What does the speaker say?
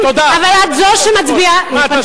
אבל את זו שמצביעה, מה זה?